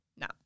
No